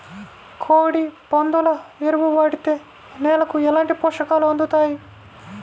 కోడి, పందుల ఎరువు వాడితే నేలకు ఎలాంటి పోషకాలు అందుతాయి